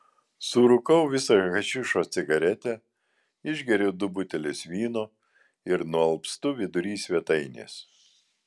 surūkau visą hašišo cigaretę išgeriu du butelius vyno ir nualpstu vidury svetainės